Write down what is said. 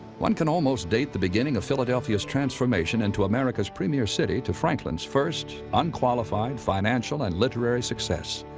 one can almost date the beginning of philadelphia's transformation into america's premier city to franklin's first unqualified financial and literary success,